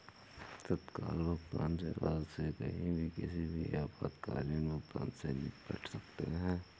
तत्काल भुगतान सेवा से कहीं भी किसी भी आपातकालीन भुगतान से निपट सकते है